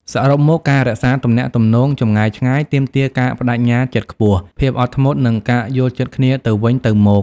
សរុបមក ការរក្សាទំនាក់ទំនងចម្ងាយឆ្ងាយទាមទារការប្តេជ្ញាចិត្តខ្ពស់ ភាពអត់ធ្មត់ និងការយល់ចិត្តគ្នាទៅវិញទៅមក។